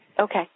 okay